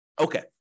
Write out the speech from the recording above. Okay